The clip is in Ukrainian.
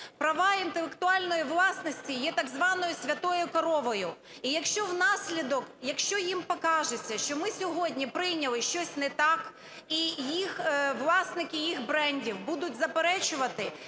права інтелектуальної власності є так званою "святою коровою". І якщо внаслідок, якщо їм покажеться, що ми сьогодні прийняли щось не так, і власники їх брендів будуть заперечувати,